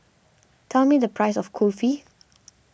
tell me the price of Kulfi